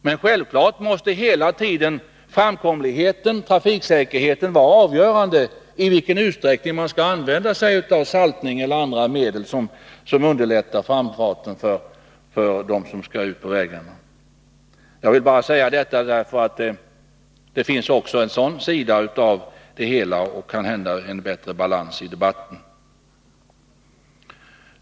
Men självfallet måste hela tiden framkomligheten, trafiksäkerheten, vara avgörande för i vilken utsträckning man skall använda saltning eller andra medel som kan göra det lättare för trafikanterna att ta sig fram ute på vägarna.